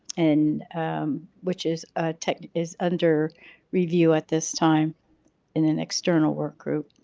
and which is a tech is under review at this time in an external work group.